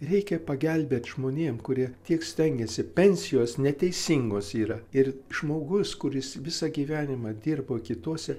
reikia pagelbėt žmonėm kurie tiek stengiasi pensijos neteisingos yra ir žmogus kuris visą gyvenimą dirbo kituose